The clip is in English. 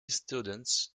students